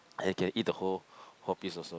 you can eat the whole whole piece also